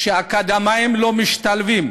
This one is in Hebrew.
שאקדמאים לא משתלבים